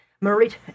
Marit